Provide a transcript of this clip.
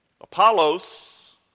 Apollos